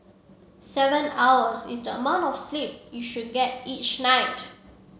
seven hours is the amount of sleep you should get each night